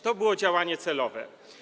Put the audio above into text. To było działanie celowe.